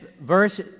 verse